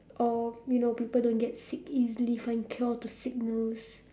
or you know people don't get sick easily find cure to sickness